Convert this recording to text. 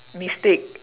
mistake